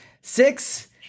Six